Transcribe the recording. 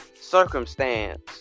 circumstance